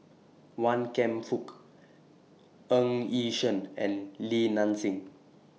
Wan Kam Fook Ng Yi Sheng and Li Nanxing